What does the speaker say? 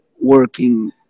working